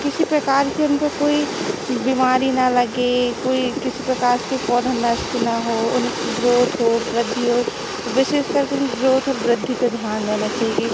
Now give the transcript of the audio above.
किसी प्रकार कि उनपर कोई बीमारी ना लगे कोई किसी प्रकार से कोई पोधा नष्ट ना हो उनकी ग्रोथ हो वृद्धि हो विशेष करके ग्रोथ और वृद्धि पर ध्यान देना चाहिए